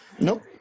Nope